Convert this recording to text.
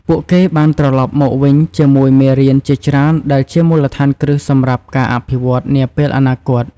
ពួកគេបានត្រឡប់មកវិញជាមួយមេរៀនជាច្រើនដែលជាមូលដ្ឋានគ្រឹះសម្រាប់ការអភិវឌ្ឍនាពេលអនាគត។